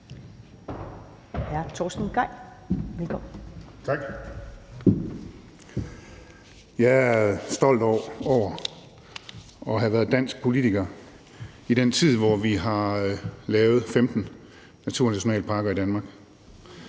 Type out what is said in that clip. Jeg er stolt over at have været dansk politiker i den tid, hvor vi har lavet 15 naturnationalparker i Danmark.